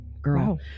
girl